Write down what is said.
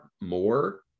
more